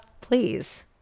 please